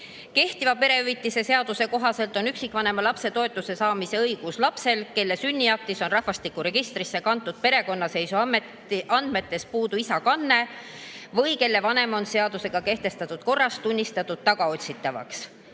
Kehtiva perehüvitiste seaduse kohaselt on üksikvanema lapse toetuse saamise õigus lapsel, kelle sünniaktis on rahvastikuregistrisse kantud perekonnaseisuandmetest puudu isakanne või kelle vanem on seadusega kehtestatud korras tunnistatud tagaotsitavaks. Üksikvanema